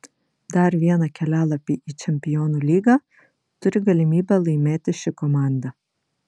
dar vieną kelialapį į čempionų lygą turi galimybę laimėti ši komanda